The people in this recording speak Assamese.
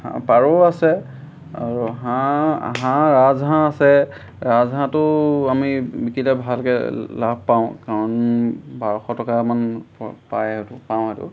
হাঁহ পাৰও আছে আৰু হাঁহ হাঁহ ৰাজহাঁহ আছে ৰাজহাঁহাঁহটো আমি বিকিলে ভালকৈ লাভ পাওঁ কাৰণ বাৰশ টকামান পায় পাওঁ এইটো